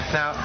Now